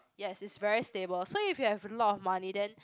yes it's very stable so if you have a lot of money then